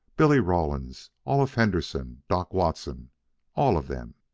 billy rawlins, olaf henderson, doc watson all of them.